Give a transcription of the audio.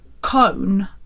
cone